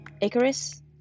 Icarus